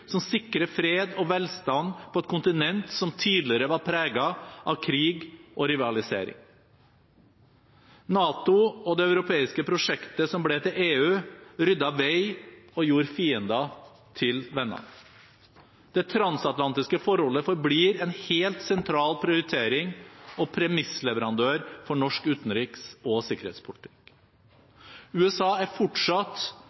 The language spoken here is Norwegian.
som sikret fred og velstand på et kontinent som tidligere var preget av krig og rivalisering. NATO og det europeiske prosjektet som ble til EU, ryddet vei og gjorde fiender til venner. Det transatlantiske forholdet forblir en helt sentral prioritering og premissleverandør for norsk utenriks- og sikkerhetspolitikk. USA er fortsatt